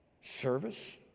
service